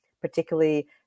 particularly